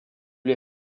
les